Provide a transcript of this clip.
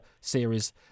series